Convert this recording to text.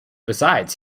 besides